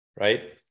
right